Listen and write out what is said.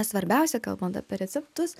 svarbiausia kalbant apie receptus